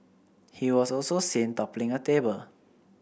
he was also seen toppling a table